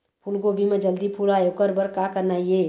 फूलगोभी म जल्दी फूल आय ओकर बर का करना ये?